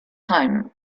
time